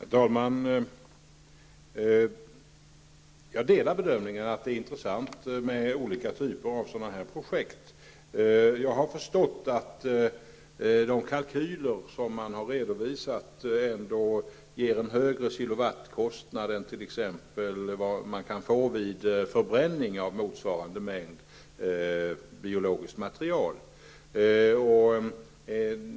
Herr talman! Jag delar bedömningen att det är intressant med olika typer av projekt. Jag har förstått att de kalkyler som har gjorts ändå redovisar högre kilowattkostnader än vad man får vid t.ex. förbränning av motsvarande mängd biologiskt material.